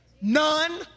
none